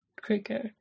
cricket